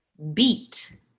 beat